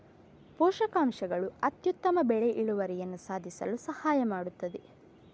ಪೋಷಕಾಂಶಗಳು ಅತ್ಯುತ್ತಮ ಬೆಳೆ ಇಳುವರಿಯನ್ನು ಸಾಧಿಸಲು ಸಹಾಯ ಮಾಡುತ್ತದೆ